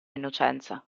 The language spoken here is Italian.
innocenza